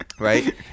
right